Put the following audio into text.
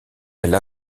elle